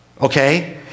Okay